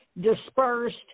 dispersed